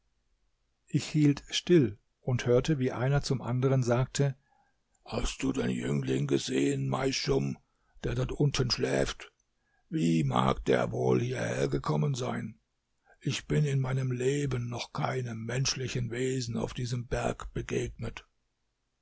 ich hielt still und hörte wie einer zum anderen sagte hast du den jüngling gesehen meischum der dort unten schläft wie mag der wohl hierhergekommen sein ich bin in meinem leben noch keinem menschlichen wesen auf diesem berg begegnet